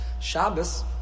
Shabbos